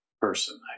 Person